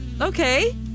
okay